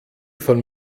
von